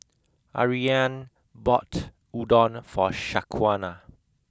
Ariane bought Udon for Shaquana